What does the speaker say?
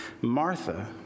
Martha